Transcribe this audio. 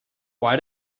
why